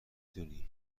دونی